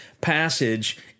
passage